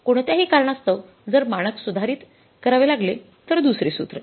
कोणत्याही कारणास्तव जर मानक सुधारित करावे लागले तर दुसरे सूत्र